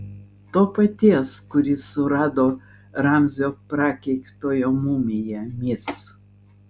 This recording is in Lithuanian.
to paties kuris surado ramzio prakeiktojo mumiją mis